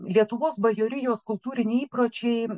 lietuvos bajorijos kultūriniai įpročiai